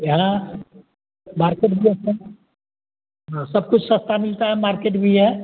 हाँ मार्केट भी अच्छा हाँ सब कुछ सस्ता मिलता है मार्केट भी है